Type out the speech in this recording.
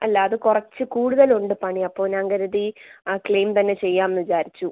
അല്ല അത് കുറച്ച് കൂടുതൽ ഉണ്ട് പണി അപ്പോൾ ഞാൻ കരുതി ആ ക്ലയിം തന്നെ ചെയ്യാമെന്ന് വിചാരിച്ചു